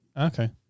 Okay